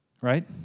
right